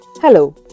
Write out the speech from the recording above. Hello